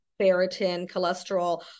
cholesterol